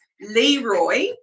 Leroy